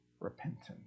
repentance